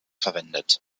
verwendet